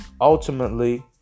ultimately